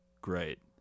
Great